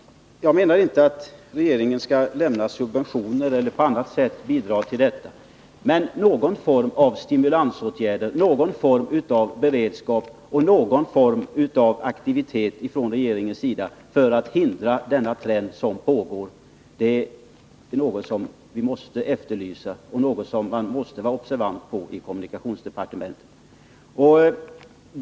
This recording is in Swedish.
Jag menar inte att regeringen skall lämna subventioner eller bidra på annat sätt, men någon form av stimulansåtgärder, någon form av beredskap och någon form av aktivitet från regeringens sida för att hindra denna trend att fortsätta är något som vi måste efterlysa och något som man i kommunikationsdepartementet måste vara observant på.